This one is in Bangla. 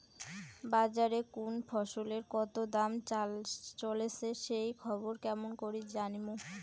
বাজারে কুন ফসলের কতো দাম চলেসে সেই খবর কেমন করি জানীমু?